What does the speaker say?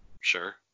Sure